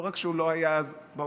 לא רק שהוא לא היה אז באופוזיציה,